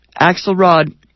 Axelrod